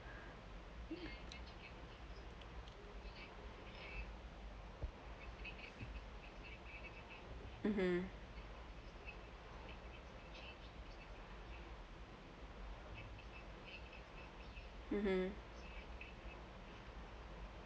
mmhmm mmhmm